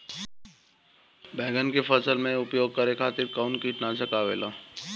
बैंगन के फसल में उपयोग करे खातिर कउन कीटनाशक आवेला?